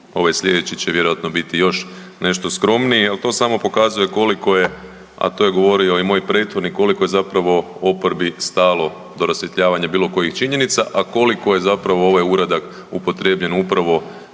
ovaj slijedeći će vjerojatno biti još nešto skromniji, al to samo pokazuje koliko je, a to je govorio i moj prethodnik, koliko je zapravo oporbi stalo do rasvjetljavanja bilo kojih činjenica, a koliko je zapravo ovaj uradak upotrjebljen upravo